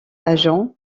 agents